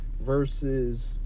versus